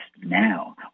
now